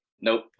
Nope